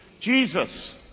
Jesus